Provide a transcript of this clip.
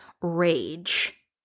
rage